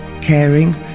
caring